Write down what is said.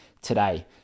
today